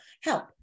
help